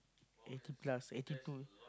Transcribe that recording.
eighty plus eighty two